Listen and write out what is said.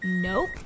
Nope